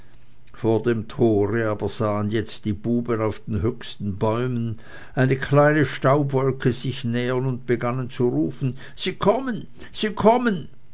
vor dem tore aber sahen jetzt die buben auf den höchsten bäumen eine kleine staubwolke sich nähern und begannen zu rufen sie kommen sie kommen